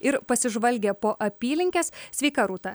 ir pasižvalgė po apylinkes sveika rūta